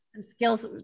skills